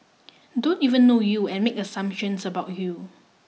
don't even know you and make assumptions about you